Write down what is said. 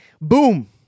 Boom